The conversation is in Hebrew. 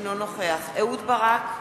אינו נוכח אהוד ברק,